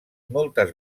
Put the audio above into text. moltes